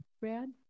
Brad